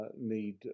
need